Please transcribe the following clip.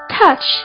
touch